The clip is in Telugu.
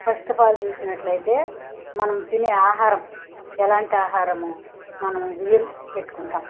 ఫస్ట్ ఆఫ్ ఆల్ చూసినట్లయితే మనం తినే ఆహారం ఎలాంటి ఆహారము మనము బియ్యం పెట్టుకుంటాము